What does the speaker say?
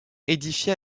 édifiée